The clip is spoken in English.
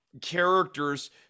characters